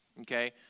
okay